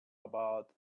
about